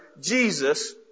Jesus